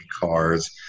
cars